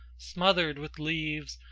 smothered with leaves,